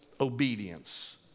obedience